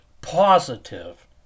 positive